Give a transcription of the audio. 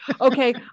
Okay